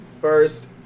first